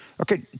Okay